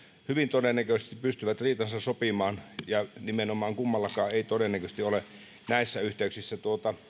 hyvin todennäköisesti pystyvät riitansa sopimaan ja nimenomaan kummallakaan ei todennäköisesti ole näissä yhteyksissä